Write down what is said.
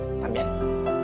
También